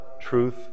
truth